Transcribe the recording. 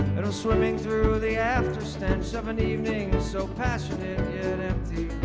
and i'm swimming through the after stench of an evening so passionate yet empty